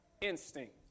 instinct